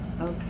Okay